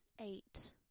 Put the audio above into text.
eight